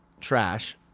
trash